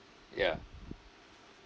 ya